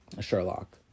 Sherlock